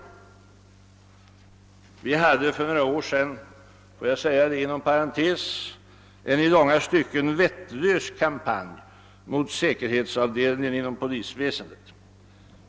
Jag vill inom parentes erinra om att det för några år sedan fördes en i långa stycken vettlös kampanj mot säkerhetsavdelningen inom polisväsendet.